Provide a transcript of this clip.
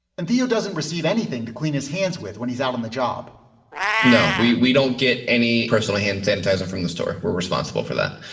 and theo doesn't receive anything to clean his hands with when he's out on the job no, we we don't get any personally hand sanitizer from the store. we're responsible for that.